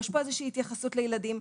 יש פה איזושהי התייחסות לילדים,